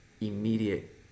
immediate